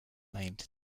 named